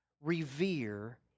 revere